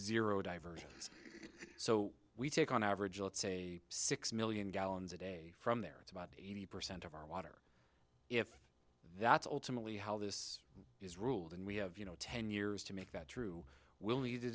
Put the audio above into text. zero diversions so we take on average let's say six million gallons a day from there it's about eighty percent of our water if that's ultimately how this is ruled and we have you know ten years to make that true will